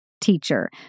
teacher